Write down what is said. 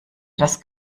das